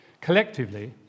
Collectively